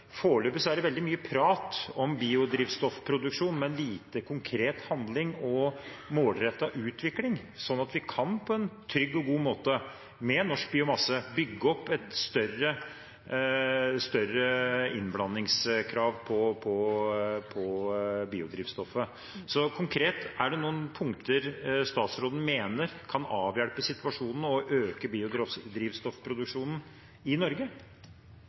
Så foreløpig er det veldig mye prat om biodrivstoffproduksjon, men lite konkret handling og målrettet utvikling slik at vi på en trygg og god måte, med norsk biomasse, kan bygge opp større innblandingskrav på biodrivstoffet. Så konkret: Er det noen punkter statsråden mener kan avhjelpe situasjonen og øke biodrivstoffproduksjonen i Norge?